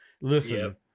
listen